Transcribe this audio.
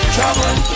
Trouble